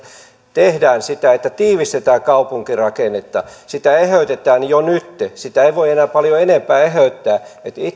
tehdään jo nyt sitä että tiivistetään kaupunkirakennetta sitä eheytetään jo nytten sitä ei voi enää paljon enempää eheyttää